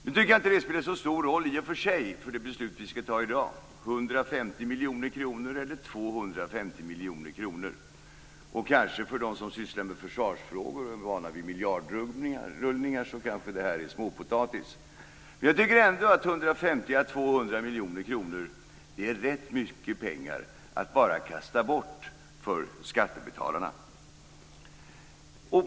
Det spelar inte så stor roll i och för sig för det beslut vi skall fatta i dag om det är 150 eller 250 miljoner kronor. För dem som sysslar med försvarsfrågor och är vana vid miljardrullningar är det kanske småpotatis. Jag tycker ändå att 150 och 250 miljoner kronor är mycket pengar att bara kasta bort för skattebetalarna.